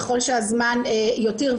ככל שהזמן יותר,